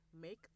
make